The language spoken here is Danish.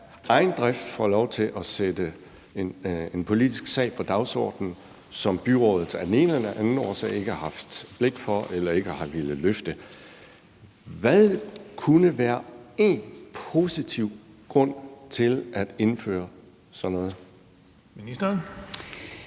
egen drift får lov til at sætte en politisk sag på dagsordenen, som byrådet af den ene eller anden årsag ikke har haft blik for eller ikke har villet løfte. Hvad kunne være en positiv grund til at indføre sådan noget? Kl.